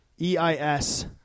E-I-S